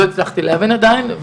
לא הצלחתי להבין עדיין.